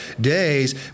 days